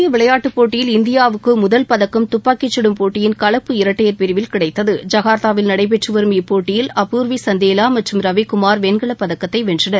ஆசிய விளையாட்டு போட்டியில் இந்தியாவுக்கு முதல் பதக்கம் துப்பாக்கிச்சும் கலப்பு இரட்டையர் பிரிவில் கிடைத்தது ஜகார்த்தாவில் நடைபெற்று வரும் இப்போட்டியின் அபூர்வி சந்தேவா மற்றும் ரவிக்குமார் வெண்கலப் பதக்கத்தை வென்றனர்